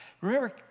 Remember